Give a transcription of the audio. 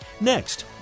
Next